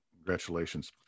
Congratulations